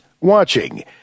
watching